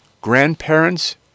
grandparents